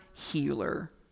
healer